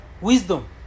wisdom